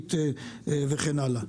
שיתופית וכן הלאה.